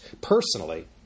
personally